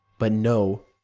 but no.